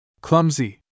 Clumsy